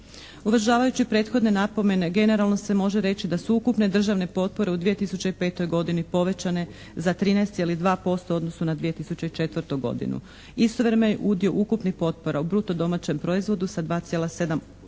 Uvažavajući prethodne napomene generalno se može reći da su ukupne državne potpore u 2005. godini povećane za 13,2% u odnosu na 2004. godinu. Istovremeno, udio ukupnih potpora u bruto domaćem proizvodu sa 2,78%